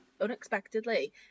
unexpectedly